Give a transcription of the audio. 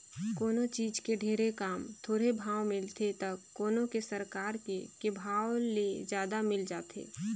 कोनों चीज के ढेरे काम, थोरहें भाव मिलथे त कोनो के सरकार के के भाव ले जादा मिल जाथे